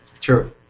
True